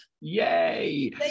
Yay